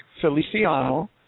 Feliciano